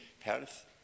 health